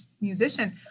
musician